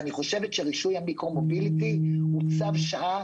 אני חושבת שרישוי המיקרו מוביליטי הוא צו שעה